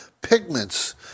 pigments